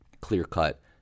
clear-cut